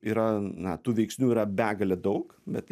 yra na tų veiksnių yra begalė daug bet